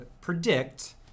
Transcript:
predict